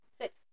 Sit